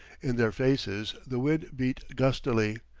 in their faces the wind beat gustily,